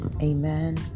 Amen